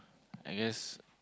I guess